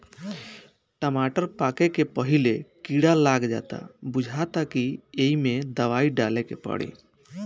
टमाटर पाके से पहिले कीड़ा लाग जाता बुझाता कि ऐइमे दवाई डाले के पड़ी